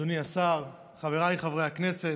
אדוני השר, חבריי חברי הכנסת,